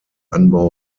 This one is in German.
anbau